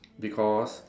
because